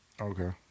Okay